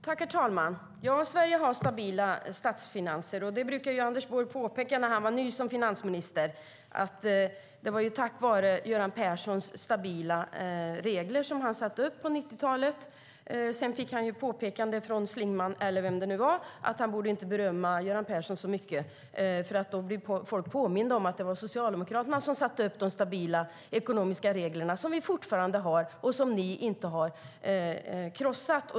Herr talman! Sverige har stabila statsfinanser. När Anders Borg var ny som finansminister brukade han påpeka att det var tack vare Göran Perssons stabila regler från 90-talet. Sedan påpekade Schlingmann, eller vem det nu var, att Anders Borg inte borde berömma Göran Persson så mycket eftersom folk då blir påminda om att det var Socialdemokraterna som satte upp de stabila ekonomiska reglerna, som vi fortfarande har och som ni inte har krossat.